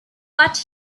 but